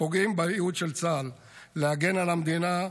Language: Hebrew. פוגעים בייעוד של צה"ל להגן על המדינה,